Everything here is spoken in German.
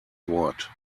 wort